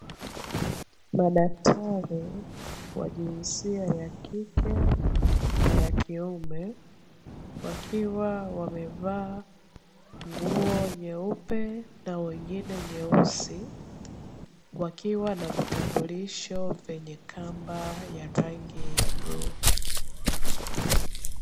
Madaktari wa jinsia ya kike na ya kiume wakiwa wamevaa nguo nyeupe na wengine nyeusi wakiwa na vitambulisho vyenye kamba ya rangi ya bluu.